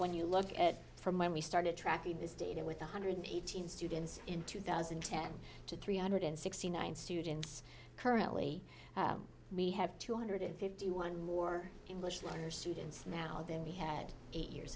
when you look at it from when we started tracking this data with one hundred and eighteen students in two thousand and ten to three hundred and sixty nine students currently we have two hundred and fifty one more english learners students now than we had eight years